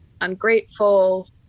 ungrateful